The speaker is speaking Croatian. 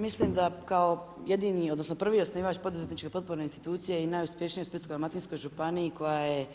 Mislim da kao jedini, odnosno prvi osnivač poduzetničke potporne institucije i najuspješnija u Splitsko-dalmatinskoj županiji koja je